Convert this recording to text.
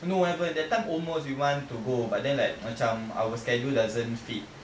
no haven't that time almost we want to go but then like macam our schedule doesn't fit